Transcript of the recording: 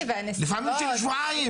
לפעמים של שבועיים,